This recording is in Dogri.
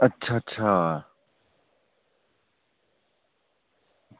अच्छा अच्छा